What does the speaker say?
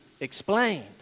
explained